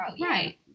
Right